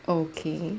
okay